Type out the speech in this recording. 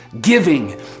giving